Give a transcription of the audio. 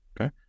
Okay